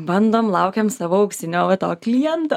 bandom laukiam savo auksinio va to kliento